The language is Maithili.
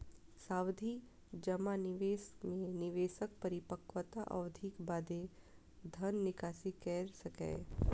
सावधि जमा निवेश मे निवेशक परिपक्वता अवधिक बादे धन निकासी कैर सकैए